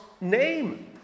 name